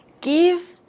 give